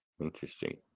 interesting